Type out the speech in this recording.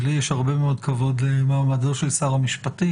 לי יש הרב מאוד כבוד למעמדו של שר המשפטים.